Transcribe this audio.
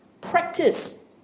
Practice